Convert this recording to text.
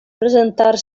presentar